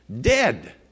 Dead